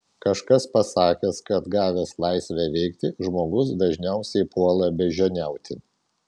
kažkas pasakęs kad gavęs laisvę veikti žmogus dažniausiai puola beždžioniauti